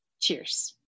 cheers